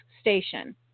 station